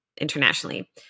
internationally